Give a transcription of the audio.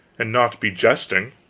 and not be jesting.